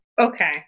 Okay